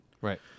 Right